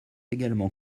également